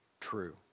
true